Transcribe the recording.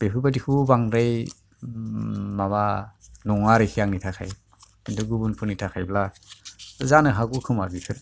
बेफोरबायदिखौबो बांद्राय माबा नङा आरो आंनि थाखाय खिन्तु गुबुनफोरनि थाखायब्ला जानो हागौ खोमा बेफोर